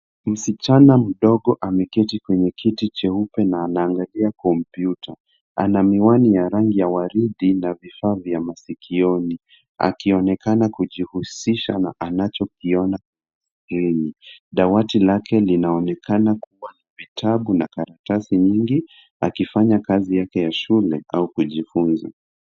Msichana mdogo ameketi kwenye kiti cheupe na anaangalia kompyuta. Ana miwani ya rangi ya waridi na vifaa vya masikioni akionekana akijihusisha na anachokiona mbele. Dawati lake linaonekana kuwa na vitabu na karatasi nyingi akifanya kazi yake ya shule au kujifunza.